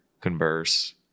converse